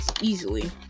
easily